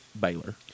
Baylor